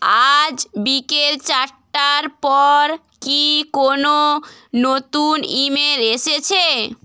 আজ বিকেল চারটার পর কি কোনো নতুন ইমেল এসেছে